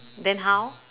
then how